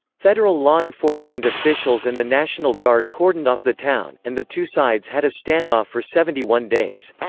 federal law enforcement officials and the national guard cordoned off the town, and the two sides had a standoff for seventy one days.